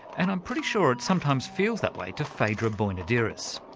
and i'm pretty sure it sometimes feels that way to phaedra boinodiris.